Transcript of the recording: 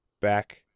back